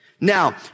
Now